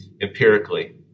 empirically